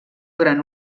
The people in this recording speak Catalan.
gran